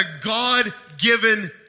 God-given